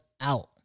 out